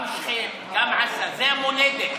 גם שכם, גם עזה, זו המולדת.